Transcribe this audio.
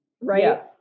right